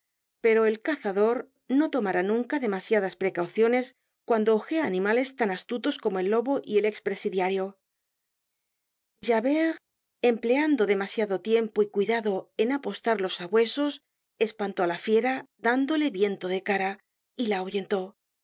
pero el cazador no tomará nunca demasiadas precauciones cuando ojea animales tan astutos como el lobo y el ex presidiario javert empleando demasiado tiempo y cuidado en apostar los sabuesos espantó á la fiera dándole viento de cara y la